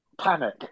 panic